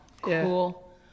Cool